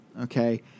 okay